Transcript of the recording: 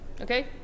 Okay